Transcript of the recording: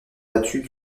battue